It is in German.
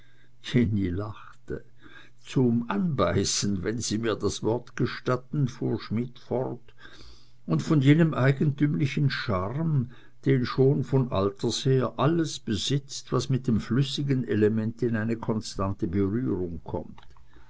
jenny lachte zum anbeißen wenn sie mir das wort gestatten fuhr schmidt fort und von jenem eigentümlichen charme den schon von alters her alles besitzt was mit dem flüssigen element in eine konstante berührung kommt